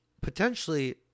potentially